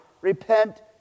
Repent